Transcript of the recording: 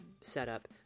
setup